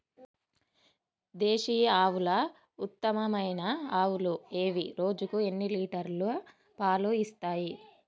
దేశీయ ఆవుల ఉత్తమమైన ఆవులు ఏవి? రోజుకు ఎన్ని లీటర్ల పాలు ఇస్తాయి?